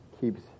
keeps